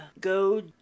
Go